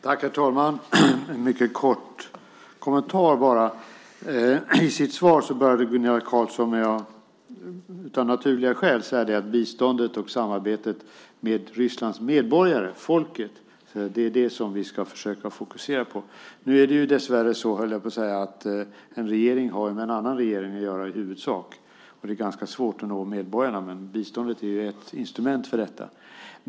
Herr talman! Jag har bara en mycket kort kommentar. Gunilla Carlsson började sitt svar, av naturliga skäl, med att säga att biståndet och samarbetet med Rysslands medborgare, med folket, är det som vi ska försöka fokusera på. Dessvärre, höll jag på att säga, har en regering i huvudsak att göra med en annan regering, och det är ganska svårt att nå medborgarna. Biståndet är dock ett instrument för detta.